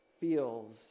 feels